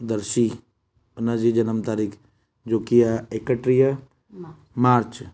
दर्शी उनजी जनम तारीख़ जो की आहे एकटीह मार्च